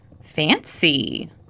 Fancy